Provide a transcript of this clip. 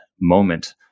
moment